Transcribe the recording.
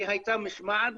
הייתה גם משמעת,